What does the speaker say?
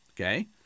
okay